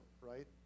right